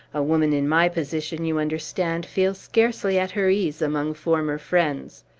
a woman in my position, you understand, feels scarcely at her ease among former friends.